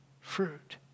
fruit